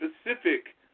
specific